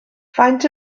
faint